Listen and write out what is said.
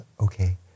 Okay